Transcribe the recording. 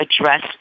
address